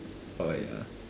!oi! uh